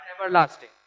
everlasting